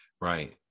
right